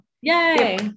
yay